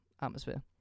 atmosphere